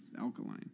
Alkaline